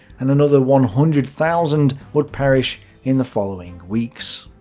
and another one hundred thousand would perish in the following weeks.